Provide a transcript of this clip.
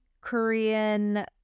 Korean